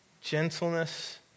Gentleness